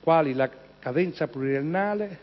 quali la cadenza pluriennale,